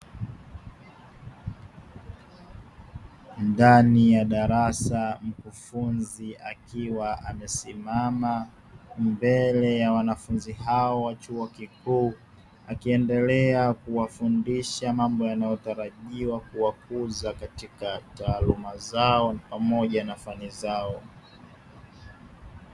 Ndani ya darasa mkufunzi akiwa amesimama mbele ya wanafunzi hao wa chuo kikuu akiendelea kuwafundisha mambo yanayotarajiwa kuwakuza katika taaluma zao pamoja na fani zao.